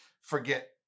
forget